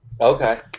okay